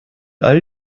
all